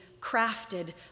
crafted